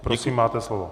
Prosím máte slovo.